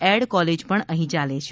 add college પણ અહીં ચાલે છે